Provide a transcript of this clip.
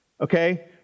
Okay